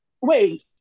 wait